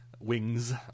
wings